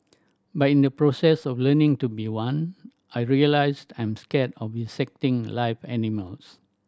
but in the process of learning to be one I realised I'm scared of dissecting live animals